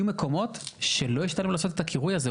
יהיו מקומות שלא ישתלם לעשות את הקירוי הזה.